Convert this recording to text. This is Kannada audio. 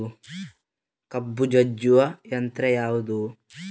ಕಬ್ಬು ಜಜ್ಜುವ ಯಂತ್ರ ಯಾವುದು?